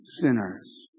sinners